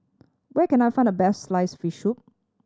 where can I find the best sliced fish soup